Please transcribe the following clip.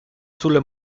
sulle